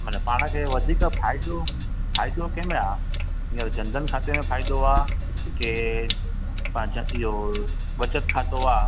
माना पाण खे वधीक फ़ाइदो फ़ाइदो कंहिंमें आहे हीअंर जनरल खाते में फ़ाइदो आहे के तव्हांजो इहो बचत खातो आहे